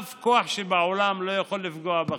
אף כוח שבעולם לא יוכל לפגוע בכם,